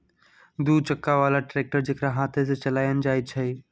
दू चक्का बला ट्रैक्टर जेकरा हाथे से चलायल जाइ छइ